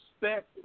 respect